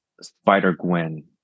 Spider-Gwen